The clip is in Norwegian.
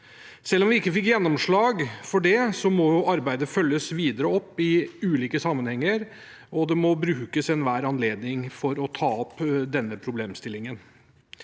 Selv om vi ikke fikk gjennomslag for det, må arbeidet følges videre opp i ulike sammenhenger, og det må brukes enhver anledning til å ta opp denne problemstillingen.